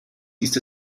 ist